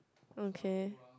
okay